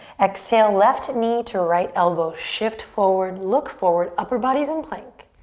exhale, left knee to right elbow. shift forward, look forward, upper body's in plank.